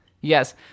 Yes